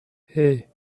hey